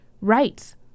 rights